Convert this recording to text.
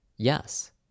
Yes